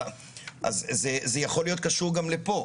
אז זה יכול להיות קשור גם לפה.